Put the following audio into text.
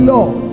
Lord